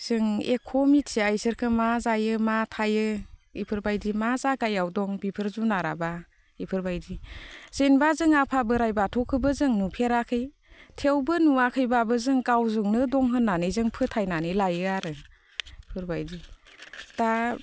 जों इख' मिथिया इसोरखो मा जायो मा थायो इफोरबायदि मा जागायाव दं बेफोर जुनाराबा इफोरबायदि जेन'बा जों आफा बोराइ बाथौखोबो जों नुफेराखै थेवबो नुवाखैब्लाबो जों गावजोंनो दं होननानै जों फोथायनानै लायोआरो इफोरबायदि दा